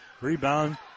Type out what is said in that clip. Rebound